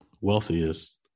wealthiest